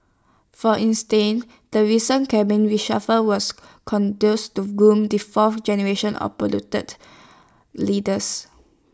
for instance the recent cabinet reshuffle was conduced to groom the fourth generation of polluted leaders